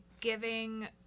giving